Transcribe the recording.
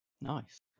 Nice